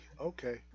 Okay